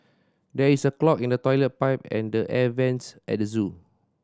there is a clog in the toilet pipe and the air vents at the zoo